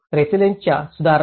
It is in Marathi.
रेसिलियन्सता सुधारणे